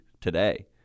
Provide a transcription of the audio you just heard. today